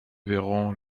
verront